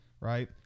Right